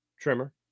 trimmer